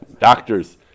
doctors